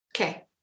Okay